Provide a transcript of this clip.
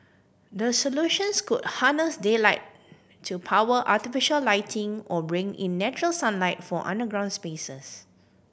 the solutions could harness daylight to power artificial lighting or bring in natural sunlight for underground spaces